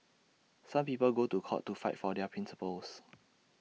some people go to court to fight for their principles